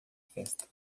festa